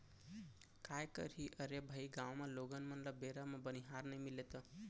काय करही अरे भाई गॉंव म लोगन मन ल बेरा म बनिहार नइ मिलही त